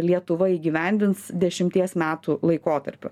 lietuva įgyvendins dešimties metų laikotarpiu